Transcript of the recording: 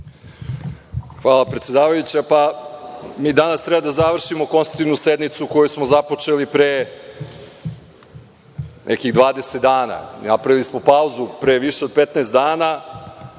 Hvala. Mi danas treba da završimo konstitutivnu sednicu koju smo započeli pre nekih 20 dana. Napravili smo pauzu pre više od 15 dana